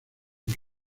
con